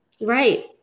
Right